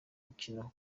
mukino